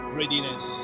readiness